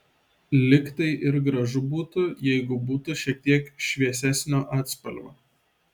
lyg tai ir gražu būtų jeigu būtų šiek tiek šviesesnio atspalvio